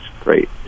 great